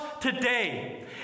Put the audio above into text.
today